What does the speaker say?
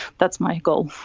that's my goal.